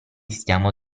stiamo